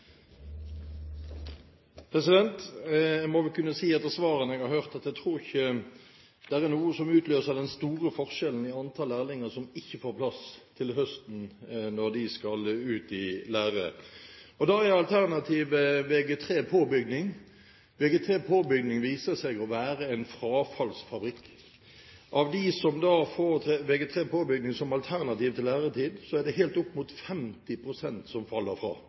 svarene jeg har hørt, tror jeg ikke det er noe som utløser den store forskjellen i antall lærlinger som ikke får plass til høsten, når de skal ut i lære. Da er alternativet Vg3 påbygging. Vg3 påbygging viser seg å være en frafallsfabrikk. Av dem som får Vg3 påbygging som et alternativ til læretid, er det helt opp mot 50 pst. som faller fra.